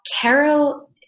Tarot